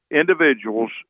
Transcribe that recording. individuals